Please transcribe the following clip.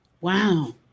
Wow